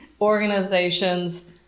organizations